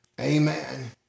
Amen